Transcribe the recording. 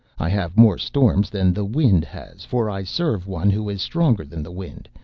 i have more storms than the wind has, for i serve one who is stronger than the wind,